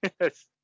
yes